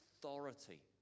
authority